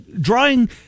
drawing